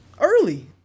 early